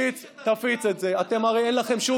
לפתוח את שוק